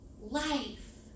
life